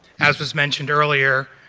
as was mentioned earlier,